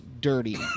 dirty